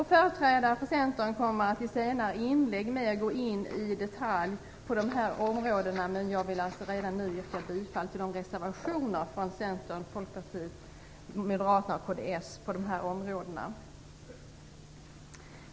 Företrädare för Centern kommer i senare inlägg att mera gå in i detalj på dessa områden, men jag vill redan nu yrka bifall till reservationerna från Centern, Folkpartiet, Moderaterna och kds på dessa områden.